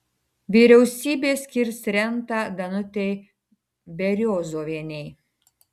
vyriausybė skirs rentą danutei beriozovienei